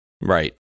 Right